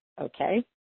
okay